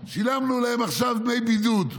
שילמנו להם עכשיו דמי בידוד.